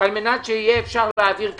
כדי שאפשר יהיה להעביר תקציב,